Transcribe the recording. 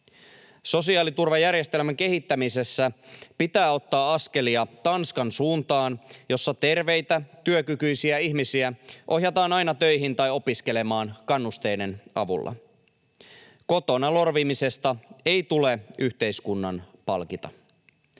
Sosiaaliturvajärjestelmän kehittämisessä pitää ottaa askelia Tanskan suuntaan, missä terveitä, työkykyisiä ihmisiä ohjataan aina töihin tai opiskelemaan kannusteiden avulla. Kotona lorvimisesta ei tule yhteiskunnan palkita.